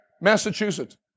Massachusetts